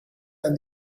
and